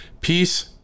peace